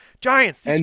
Giants